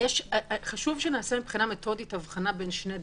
חשוב שנעשה מבחינה מתודית הבחנה בין שני דברים: